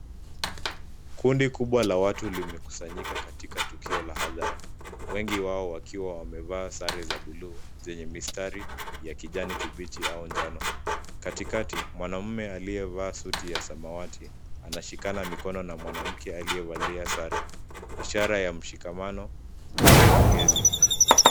Kundi kubwa la watu limekusanyika katika tukioo wa hadhara. Wengi wao wakiwa wamevaa sare ya bluu zenye mistari ya kijani kibichi au njano. Katikati mwanaume aliyevaa suti ya samawati anashikana mikono na mwanamke aliyevalia sare, ishara ya mshikamano au pongezi.